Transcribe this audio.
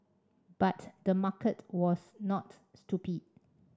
but the market was not stupid